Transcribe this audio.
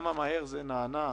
וכמה מהר זה נענה.